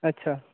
अच्छा